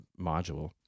module